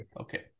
Okay